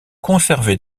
conservés